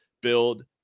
build